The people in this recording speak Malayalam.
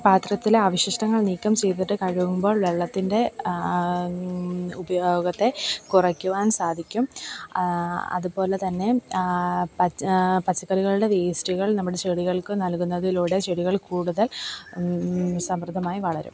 പാത്രത്തിൽ അവശിഷ്ടങ്ങൾ നീക്കം ചെയ്തിട്ട് കഴുകുമ്പോൾ വെള്ളത്തിൻ്റെ ഉപയോഗത്തെ കുറക്കുവാൻ സാധിക്കും അത്പോലെ തന്നെ പച്ച പച്ചക്കറികളിലെ വേസ്റ്റ്കൾ നമ്മുടെ ചെടികൾക്ക് നൽകുന്നതിലൂടെ ചെടികൾ കൂടുതൽ സമൃദ്ധമായി വളരും